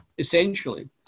essentially